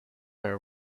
per